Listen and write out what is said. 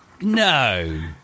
No